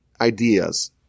ideas